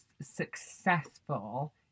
successful